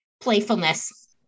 Playfulness